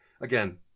Again